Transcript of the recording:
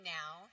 now